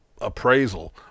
appraisal